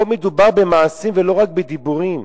פה מדובר במעשים, ולא רק בדיבורים.